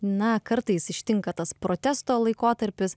na kartais ištinka tas protesto laikotarpis